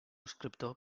escriptor